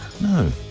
No